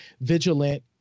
vigilant